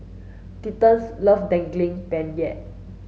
love Daging Penyet